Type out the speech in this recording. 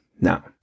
Now